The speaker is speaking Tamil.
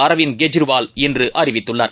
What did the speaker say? அரவிந்த் கெற்றிவால் இன்றுஅறிவித்துள்ளார்